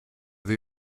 the